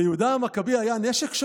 ליהודה המכבי היה נשק?